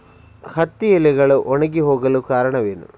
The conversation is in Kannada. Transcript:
ಹತ್ತಿ ಎಲೆಗಳು ಒಣಗಿ ಹೋಗಲು ಕಾರಣವೇನು?